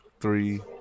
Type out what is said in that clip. three